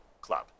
club